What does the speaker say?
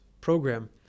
program